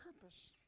purpose